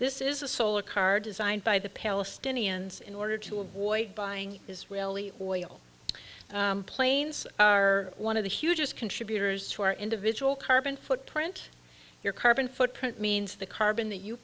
this is a solar car designed by the palestinians in order to avoid buying israeli oil planes are one of the hugest contributors to our individual carbon footprint your carbon footprint means the carbon that you